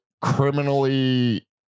criminally